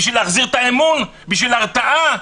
בשביל להחזיר את האמון, בשביל ההרתעה.